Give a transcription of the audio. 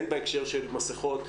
הן בהקשר של מסכות,